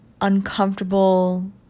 uncomfortable